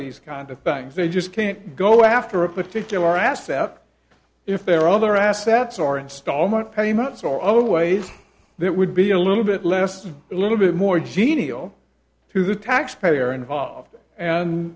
these kind of things they just can't go after a particular asset out if there are other assets or installment payments or other ways that would be a little bit less a little bit more geneal to the taxpayer involved